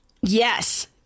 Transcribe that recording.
yes